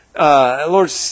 Lord